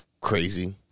crazy